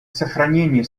сохранение